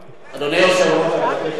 אני מבקש לעדכן את השעון ולהחזיר לי את הזמן.